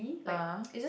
ah ah